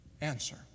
answer